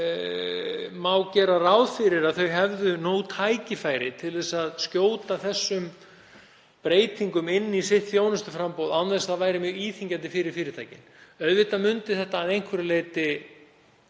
má gera ráð fyrir að þau hefðu nú tækifæri til að skjóta svona breytingum inn í þjónustuframboð sitt án þess að það væri mjög íþyngjandi fyrir fyrirtækin. Auðvitað myndi þetta að einhverju leyti